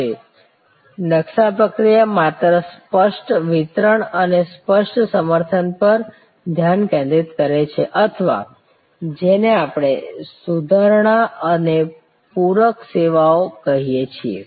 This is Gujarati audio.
હવે નકશા પ્રક્રિયા માત્ર સ્પષ્ટ વિતરણ અને સ્પષ્ટ સમર્થન પર ધ્યાન કેન્દ્રિત કરે છે અથવા જેને આપણે સુધારણા અને પૂરક સેવાઓ કહીએ છીએ